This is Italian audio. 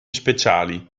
speciali